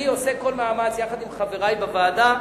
אני עושה כל מאמץ, יחד עם חברי בוועדה,